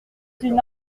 d’une